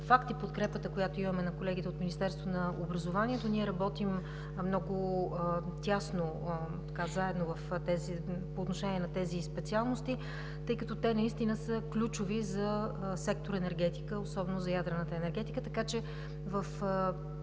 факт и подкрепата, която имаме на колегите от Министерството на образованието. Ние работим много тясно по отношение на тези специалности, тъй като те са наистина ключови за сектор „Енергетика“ и особено за ядрената енергетика.